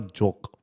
joke